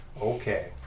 Okay